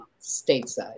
stateside